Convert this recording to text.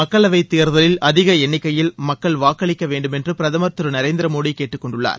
மக்களவை தேர்தலில் அதிக எண்ணிக்கையில் மக்கள் வாக்களிக்க வேண்டும் என்று பிரதமர் திரு நரேந்திர மோடி கேட்டுக்கொண்டுள்ளார்